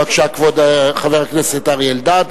בבקשה, כבוד חבר הכנסת אריה אלדד.